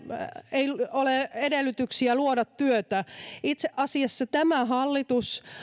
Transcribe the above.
ei ole edellytyksiä luoda työtä itse asiassa tämä hallitus